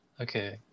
Okay